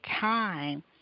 time